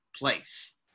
place